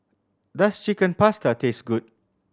does Chicken Pasta taste good